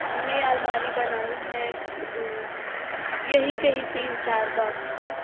हमें आलमारी बनानी है तो यही कहीं तीन चार बॉक्स की